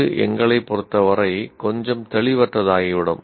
இது எங்களைப் பொறுத்தவரை கொஞ்சம் தெளிவற்றதாகிவிடும்